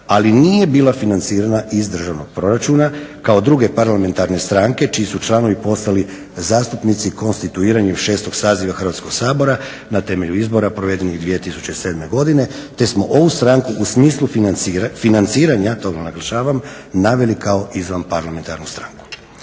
ali nije bila financirana iz državnog proračuna kao druge parlamentarne stranke čiji su članovi postali zastupnici konstituiranjem VI. saziva Hrvatskog sabora na temelju izbora provedenih 2007. godine te smo ovu stranku u smislu financiranja, to naglašavam, naveli kao izvanparlamentarnu stranku.